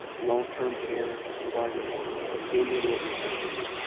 long-term care providers indian organizations,